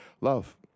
love